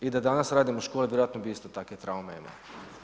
I da danas radim u školi, vjerojatno bih isto takve traume imao.